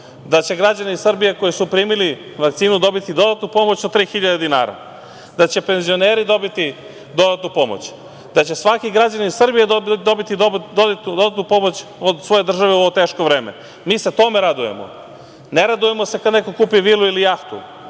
da će građani Srbije koji su primili vakcinu dobiti dodatnu pomoć od 3.000 dinara, da će penzioneri dobiti dodatnu pomoć, da će svaki građanin Srbije dobiti dodatnu pomoć od svoje države u ovo teško vreme. Mi se tome radujemo. Ne radujemo se kada neko kupi vilu ili jahtu.